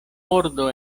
ordo